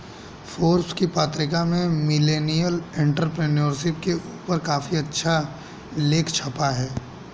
Forbes की पत्रिका में मिलेनियल एंटेरप्रेन्योरशिप के ऊपर काफी अच्छा लेख छपा है